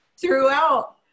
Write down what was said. throughout